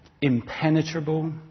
impenetrable